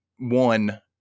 one